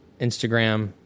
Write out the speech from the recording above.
Instagram